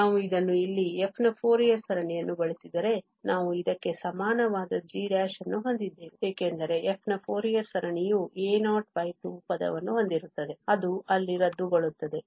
ನಾವು ಇದನ್ನು ಇಲ್ಲಿ f ನ ಫೋರಿಯರ್ ಸರಣಿಯನ್ನು ಬಳಸಿದರೆ ನಾವು ಇದಕ್ಕೆ ಸಮಾನವಾದ g ಅನ್ನು ಹೊಂದಿದ್ದೇವೆ ಏಕೆಂದರೆ f ನ ಫೋರಿಯರ್ ಸರಣಿಯು a02 ಪದವನ್ನು ಹೊಂದಿರುತ್ತದೆ ಅದು ಅಲ್ಲಿ ರದ್ದುಗೊಳ್ಳುತ್ತದೆ